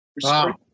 Wow